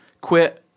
Quit